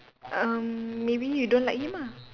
um maybe you don't like him ah